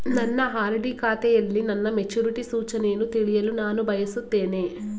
ನನ್ನ ಆರ್.ಡಿ ಖಾತೆಯಲ್ಲಿ ನನ್ನ ಮೆಚುರಿಟಿ ಸೂಚನೆಯನ್ನು ತಿಳಿಯಲು ನಾನು ಬಯಸುತ್ತೇನೆ